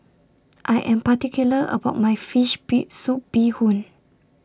I Am particular about My Fish Be Soup Bee Hoon